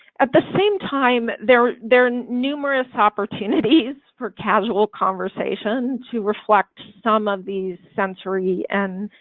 at the same time they're they're numerous opportunities for casual conversation to reflect some of these sensory and